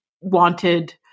wanted